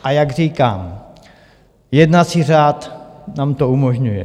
A jak říkám, jednací řád nám to umožňuje.